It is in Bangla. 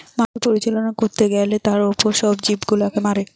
মাটি পরিচালনা করতে গ্যালে তার উপর সব জীব গুলাকে মারে